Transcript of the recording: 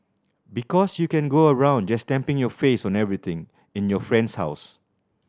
because you can go around just stamping your face on everything in your friend's house